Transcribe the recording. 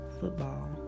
football